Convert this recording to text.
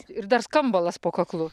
ir dar skambalas po kaklu